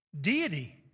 deity